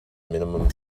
minimum